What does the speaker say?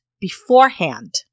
beforehand